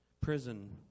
prison